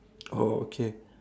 oh okay